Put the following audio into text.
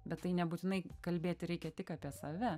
bet tai nebūtinai kalbėti reikia tik apie save